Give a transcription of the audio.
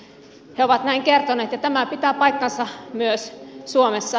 he ovat näin kertoneet ja tämä pitää paikkansa myös suomessa